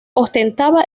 ostentaba